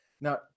Now